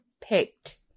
picked